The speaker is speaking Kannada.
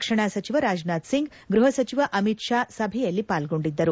ರಕ್ಷಣಾ ಸಚಿವ ರಾಜನಾಥ್ ಸಿಂಗ್ ಗೃಹ ಸಚಿವ ಅಮಿತ್ ಶಾ ಸಭೆಯಲ್ಲಿ ಪಾಲ್ಲೊಂಡಿದ್ದರು